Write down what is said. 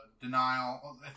Denial